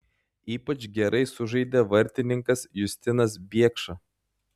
ypač gerai sužaidė vartininkas justinas biekša